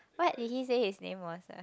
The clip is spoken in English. what did he say his name was ah